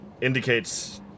indicates